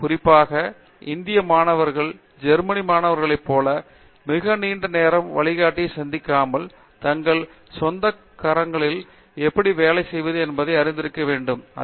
குறிப்பாக இந்திய மாணவர்கள் ஜெர்மனி மாணவர்களை போல மிக நீண்ட நேரம் வழிகாட்டியை சந்திக்காமல் தங்கள் சொந்தக் கரங்களில் எப்படி வேலை செய்ய வேண்டும் என்பதை அறிந்திருப்பதைப் நான் எதிர்பார்க்கிறேன்